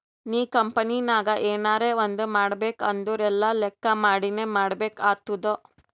ನೀ ಕಂಪನಿನಾಗ್ ಎನರೇ ಒಂದ್ ಮಾಡ್ಬೇಕ್ ಅಂದುರ್ ಎಲ್ಲಾ ಲೆಕ್ಕಾ ಮಾಡಿನೇ ಮಾಡ್ಬೇಕ್ ಆತ್ತುದ್